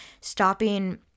stopping